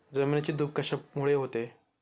जमिनीची धूप कशामुळे होते?